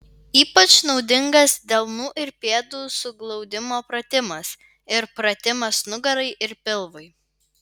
ypač naudingas delnų ir pėdų suglaudimo pratimas ir pratimas nugarai ir pilvui